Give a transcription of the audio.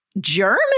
german